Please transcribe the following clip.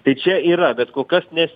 tai čia yra bet kol kas mes